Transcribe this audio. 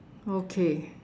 okay